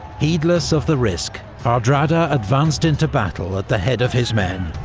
heedless of the risk, hardrada advanced into battle at the head of his men.